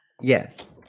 Yes